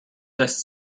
last